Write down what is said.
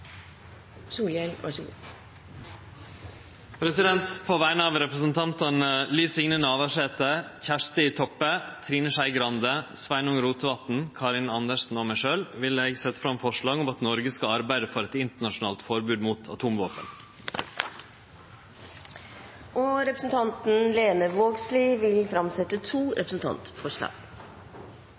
Solhjell vil framsette et representantforslag. På vegner av representantane Liv Signe Navarsete, Kjersti Toppe, Trine Skei Grande, Sveinung Rotevatn, Karin Andersen og meg sjølv vil eg setje fram forslag om at Noreg skal arbeide for eit forbod mot atomvåpen. Representanten Lene Vågslid vil framsette to representantforslag.